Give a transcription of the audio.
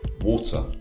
water